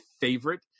favorite